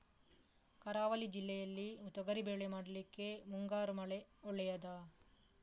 ಕರಾವಳಿ ಜಿಲ್ಲೆಯಲ್ಲಿ ತೊಗರಿಬೇಳೆ ಮಾಡ್ಲಿಕ್ಕೆ ಮುಂಗಾರು ಮಳೆ ಒಳ್ಳೆಯದ?